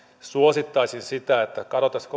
suosittaisin sitä että katsottaisiin